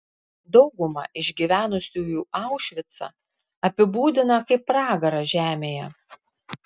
dauguma išgyvenusiųjų aušvicą apibūdiną kaip pragarą žemėje